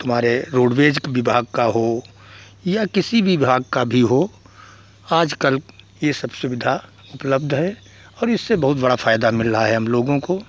तुम्हारे रोडवेज विभाग का हो या किसी भी विभाग का हो आजकल ये सब सुविधा उपलब्ध है और इससे बहुत बड़ा फ़ायदा मिल रहा है हमलोगों को